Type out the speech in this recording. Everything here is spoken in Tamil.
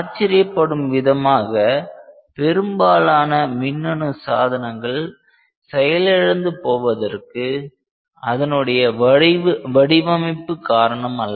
ஆச்சரியப்படும் விதமாக பெரும்பாலான மின்னணு சாதனங்கள் செயலிழந்து போவதற்கு அதனுடைய வடிவமைப்பு காரணமல்ல